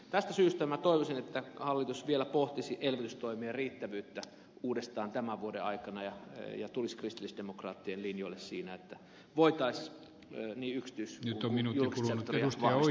tästä syystä minä toivoisin että hallitus vielä pohtisi elvytystoimien riittävyyttä uudestaan tämän vuoden aikana ja tulisi kristillisdemokraattien linjoille siinä että voitaisiin niin yksityis kuin julkista sektoria vahvistaa